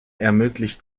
ermöglicht